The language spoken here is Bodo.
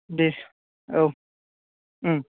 दे औ उम